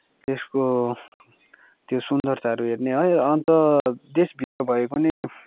त्यसको त्यो सुन्दरताहरू हेर्ने है अन्त देशभित्र भए पनि